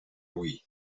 hui